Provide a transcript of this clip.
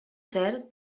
cert